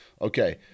Okay